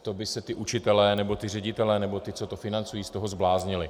To by se ti učitelé nebo ti ředitelé nebo ti, co to financují, z toho zbláznili.